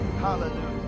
hallelujah